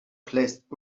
placed